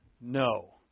No